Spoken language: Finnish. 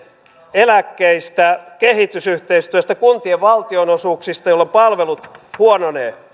eläkkeistä kehitysyhteistyöstä kuntien valtionosuuksista jolloin palvelut huononevat